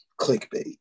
clickbait